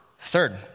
Third